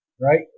right